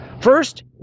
First